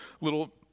little